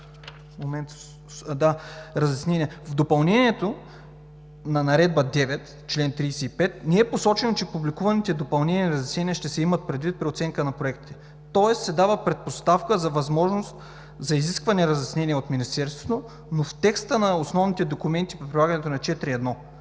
в допълнението на Наредба № 9, чл. 35 не е посочено, че публикуваните допълнения и разяснения ще се имат предвид при оценка на проектите, тоест дава се предпоставка за възможност за изискване разяснение от Министерството, но в текста на основните документи при прилагането на 4.1